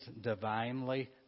divinely